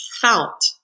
felt